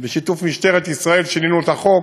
בשיתוף משטרת ישראל שינינו את החוק